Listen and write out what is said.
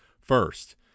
First